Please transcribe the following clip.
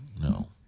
No